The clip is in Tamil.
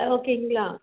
ஆ ஓகேங்களா